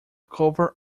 cover